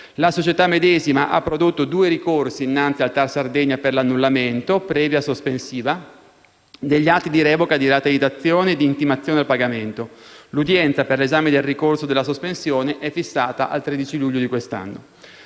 La società medesima ha prodotto due ricorsi innanzi al TAR Sardegna per l'annullamento, previa sospensiva degli atti di revoca di rateizzazione e di intimazione al pagamento. L'udienza per l'esame del ricorso sulla sospensione è fissata per il 13 luglio 2016.